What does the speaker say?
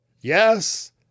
Yes